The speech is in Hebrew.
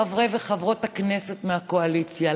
חברי וחברות הכנסת מהקואליציה,